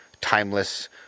timeless